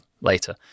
later